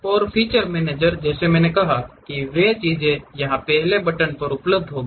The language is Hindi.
और फीचर मैनेजर जैसे मैंने कहा वे चीजें यहां पहले बटन पर उपलब्ध होंगी